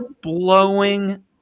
blowing